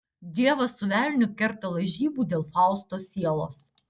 dievas su velniu kerta lažybų dėl fausto sielos